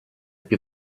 più